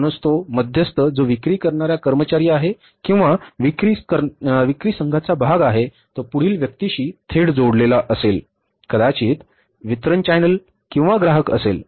म्हणूनच तो मध्यस्थ जो विक्री करणारा कर्मचारी आहे किंवा विक्री संघाचा भाग आहे तो पुढील व्यक्तीशी थेट जोडलेला असेल म्हणजेच कदाचित वितरण चॅनेल किंवा ग्राहक असेल